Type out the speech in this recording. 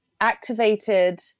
activated